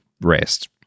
rest